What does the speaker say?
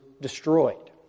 destroyed